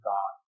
God